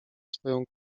swoją